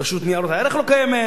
רשות ניירות ערך לא קיימת,